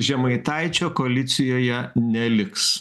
žemaitaičio koalicijoje neliks